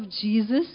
Jesus